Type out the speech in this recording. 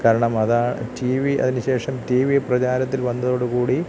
കാരണം അതാ T V അതിനുശേഷം ടി വി പ്രചാരത്തിൽ വന്നതോടുകൂടി